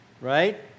right